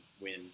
win